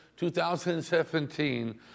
2017